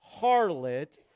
harlot